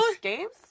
games